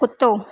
कुतो